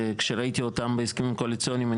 שכשראיתי אותן בהסכמים הקואליציוניים,